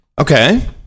okay